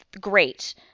great